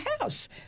house